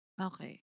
Okay